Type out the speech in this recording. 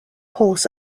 holes